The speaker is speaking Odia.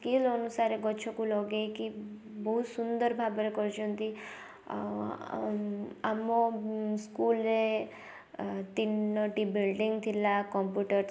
ସ୍କିଲ ଅନୁସାରେ ଗଛ କୁ ଲଗାଇକି ବହୁତ ସୁନ୍ଦର ଭାବରେ କରିଛନ୍ତି ଆଉ ଆମ ସ୍କୁଲରେ ତିନୋଟି ବିଲଡିଂ ଥିଲା କମ୍ପୁଟର